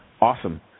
awesome